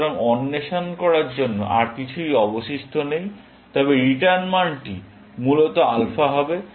সুতরাং অন্বেষণ করার জন্য আর কিছুই অবশিষ্ট নেই তবে রিটার্ন মানটি মূলত আলফা হবে